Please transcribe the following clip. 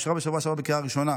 אושרה בשבוע שעבר בקריאה הראשונה.